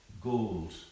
gold